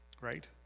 right